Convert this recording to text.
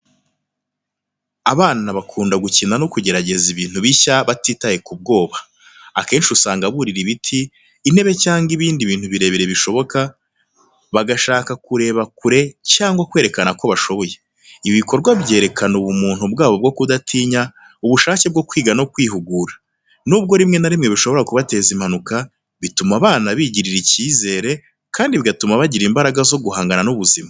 Abana bakunda gukina no kugerageza ibintu bishya batitaye ku bwoba. Akenshi usanga burira ibiti, intebe cyangwa ibindi bintu birebire bishoboka, bagashaka kureba kure cyangwa kwerekana ko bashoboye. Ibi bikorwa byerekana ubumuntu bwabo bwo kudatinya, ubushake bwo kwiga no kwihugura. Nubwo rimwe na rimwe bishobora kubateza impanuka, bituma abana bigirira icyizere kandi bigatuma bagira imbaraga zo guhangana n’ubuzima.